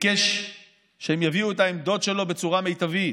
ביקש שהם יביאו את העמדות שלו בצורה מיטבית,